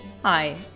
Hi